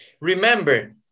Remember